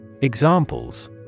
Examples